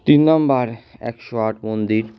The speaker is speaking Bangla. তিন নাম্বার একশো আট মন্দির